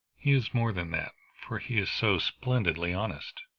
he is more than that, for he is so splendidly honest.